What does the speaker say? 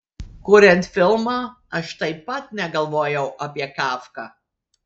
kuriant filmą aš taip pat negalvojau apie kafką